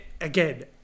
Again